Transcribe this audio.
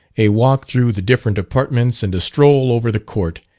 a walk through the different apartments, and a stroll over the court,